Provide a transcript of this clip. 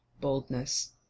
boldness